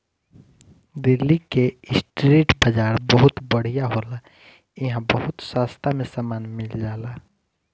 दिल्ली के स्ट्रीट बाजार बहुत बढ़िया होला इहां बहुत सास्ता में सामान मिल जाला